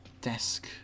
desk